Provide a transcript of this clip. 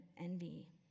envy